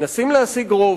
מנסים להשיג רוב.